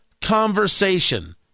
conversation